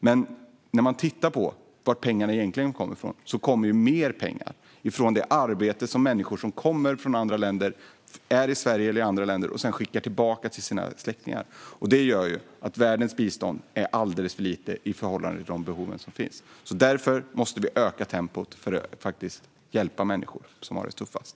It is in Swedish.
Men det kommer egentligen mer pengar från människor som kommer från andra länder, vilka arbetar i Sverige eller andra länder och skickar hem pengar till sina släktingar. Det gör att världens bistånd är alldeles för litet i förhållande till behoven. Därför måste vi öka tempot för att hjälpa de människor som har det tuffast.